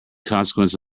consequence